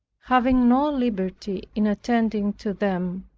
having no liberty in attending to them,